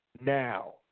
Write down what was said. now